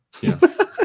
Yes